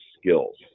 skills